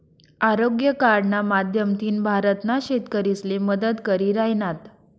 आरोग्य कार्डना माध्यमथीन भारतना शेतकरीसले मदत करी राहिनात